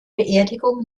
beerdigung